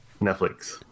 Netflix